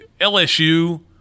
LSU